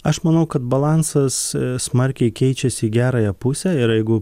aš manau kad balansas smarkiai keičiasi į gerąją pusę ir jeigu